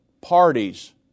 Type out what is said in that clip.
parties